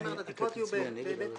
כלומר, התקרות יהיו באיחור.